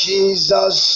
Jesus